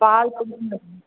பால் கொஞ்சோண்டு